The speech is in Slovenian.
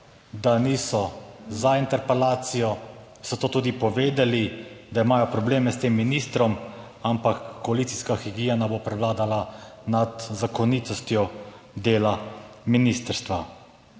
da niso za interpelacijo, so to tudi povedali, da imajo probleme s tem ministrom, ampak koalicijska higiena bo prevladala nad zakonitostjo dela ministrstva.